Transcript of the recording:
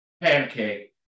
pancake